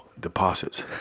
deposits